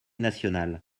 nationales